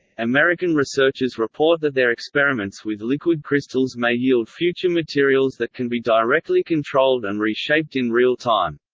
american researchers report that their experiments with liquid crystals may yield future materials that can be directly controlled and re-shaped in real time.